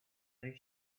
when